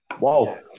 wow